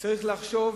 צריך לחשוב